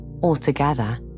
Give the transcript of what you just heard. Altogether